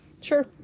Sure